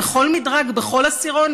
בכל מדרג ובכל עשירון,